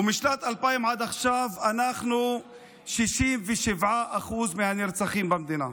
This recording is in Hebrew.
ומשנת 2000 עד עכשיו אנחנו 67% מהנרצחים במדינה.